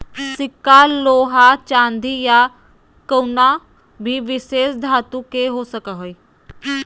सिक्का लोहा चांदी या कउनो भी विशेष धातु के हो सको हय